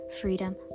freedom